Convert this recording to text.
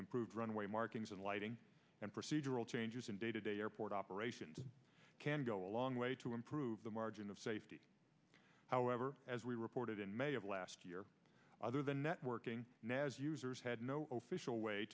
improved runway markings and lighting and procedural changes in day to day airport operations can go a long way to improve the margin of safety however as we reported in may of last year other than networking naz users had no official way